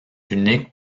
uniques